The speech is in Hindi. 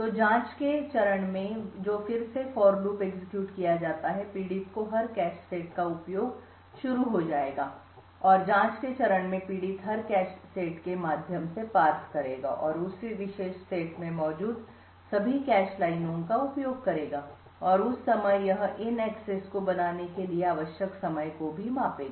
तो जांच के चरण में जो फिर से फॉर लूप एग्जीक्यूट किया जाता है पीड़ित को हर कैश सेट का उपयोग शुरू हो जाएगा और जांच के चरण में पीड़ित हर कैश सेट के माध्यम से पार्स करेगा और उस विशेष सेट में मौजूद सभी कैश लाइनों का उपयोग करेगा और उस समय यह इन एक्सेस को बनाने के लिए आवश्यक समय को भी मापेगा